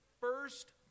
first